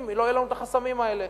אם לא יהיו לנו החסמים האלה.